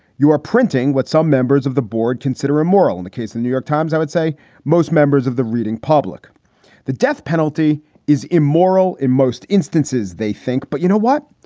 you are printing what some members of the board consider immoral in the case. the new york times. i would say most members of the reading public the death penalty is immoral in most instances, they think. but you know what?